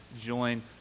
join